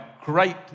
Great